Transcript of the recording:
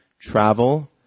travel